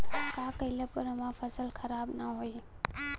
का कइला पर हमार फसल खराब ना होयी?